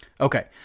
Okay